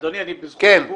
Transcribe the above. אדוני, אני בזכות דיבור.